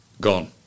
gone